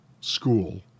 school